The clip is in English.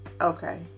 Okay